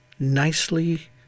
nicely